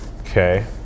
Okay